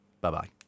Bye-bye